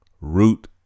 root